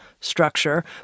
structure